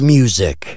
music